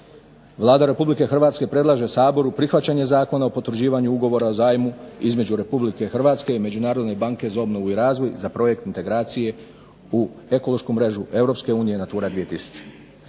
Vlada Republike Hrvatske predlaže Saboru prihvaćanje Zakona o potvrđivanju Ugovora o zajmu između Republike Hrvatske i Međunarodne banke za obnovu i razvoj za Projekt integracije u ekološku mrežu Europske